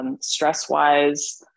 stress-wise